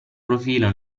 profilo